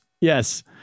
Yes